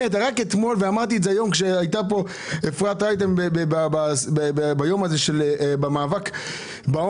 רק אתמול ואמרתי את זה היום עת הייתה כאן אפרת רייטן ביום המאבק בעוני